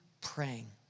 praying